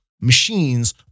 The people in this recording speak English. machines